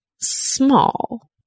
small